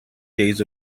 days